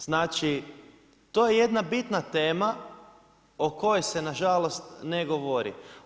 Znači to je jedna bitna tema o kojoj se nažalost ne govori.